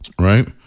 Right